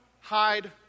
hide